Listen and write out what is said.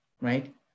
Right